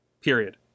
period